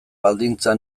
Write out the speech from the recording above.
baldintza